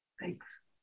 Thanks